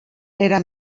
era